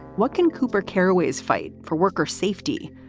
what can cooper carraway is fight for worker safety?